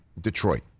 Detroit